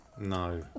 No